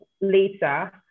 later